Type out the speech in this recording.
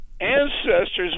ancestors